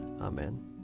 Amen